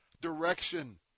direction